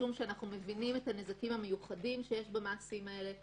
משום שאנחנו מבינים את הנזקים המיוחדים שיש במעשים האלה,